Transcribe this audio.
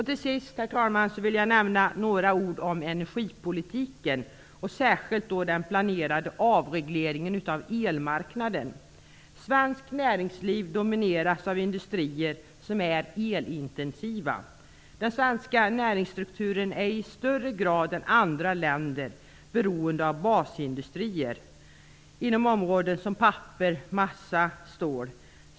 Till sist, herr talman, vill jag säga några ord om energipolitiken, särskilt om den planerade avregleringen av elmarknaden. Svenskt näringsliv domineras av industrier som är elintensiva. Den svenska näringsstrukturen är i större grad än andra länders beroende av basindustrier inom områden som papper, massa och stål.